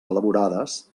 elaborades